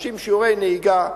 30 שיעורי נהיגה.